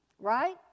Right